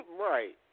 Right